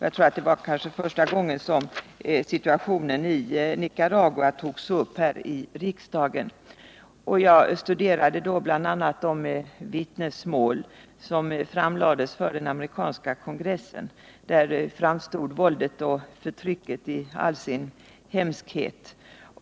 Jag tror att det var första gången som situationen i Nicaragua togs upp här i riksdagen. Jag studerade då också bl.a. de vittnesmål som framlades för den amerikanska kongressen. Där framstod våldet och förtrycket i all sin hemskhet.